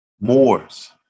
Moors